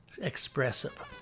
expressive